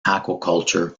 aquaculture